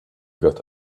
got